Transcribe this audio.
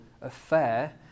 affair